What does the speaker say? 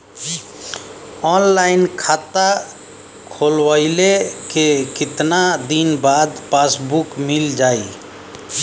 Online खाता खोलवईले के कितना दिन बाद पासबुक मील जाई?